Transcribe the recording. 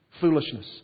foolishness